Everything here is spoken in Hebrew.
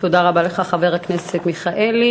תודה רבה לך, חבר הכנסת מיכאלי.